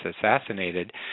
assassinated